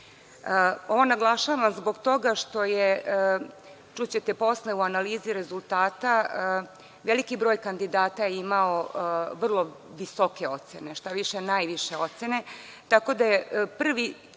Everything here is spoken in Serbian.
Ovo naglašavam zbog toga što je, čućete posle u analizi rezultata, veliki broj kandidata imao vrlo visoke ocene, šta više najviše ocene, tako da je prvi kriterijum